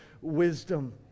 wisdom